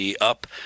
up